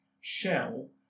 shell